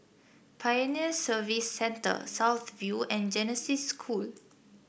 Pioneer Service Center South View and Genesis School